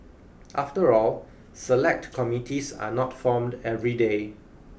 after all Select Committees are not formed every day